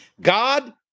God